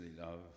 love